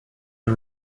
the